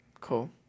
cool